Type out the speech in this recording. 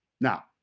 Now